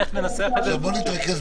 איך ננסח את זה, זה בהמשך.